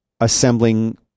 assembling